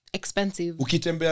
expensive